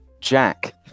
Jack